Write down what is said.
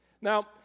Now